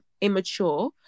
immature